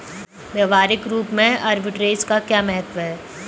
व्यवहारिक रूप में आर्बिट्रेज का क्या महत्व है?